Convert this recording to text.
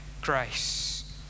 grace